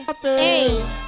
Hey